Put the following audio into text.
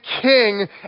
King